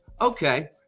Okay